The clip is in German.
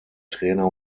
trainer